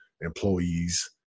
employees